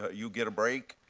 ah you get a break.